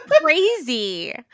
crazy